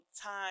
time